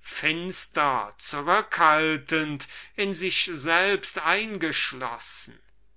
finster zurückhaltend in sich selbst eingeschlossen